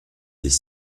des